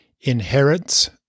inherits